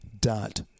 dot